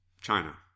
China